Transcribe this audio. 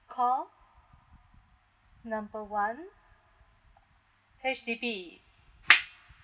call number one H_D_B